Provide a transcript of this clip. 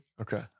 Okay